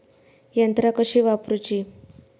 यंत्रा कशी वापरूची?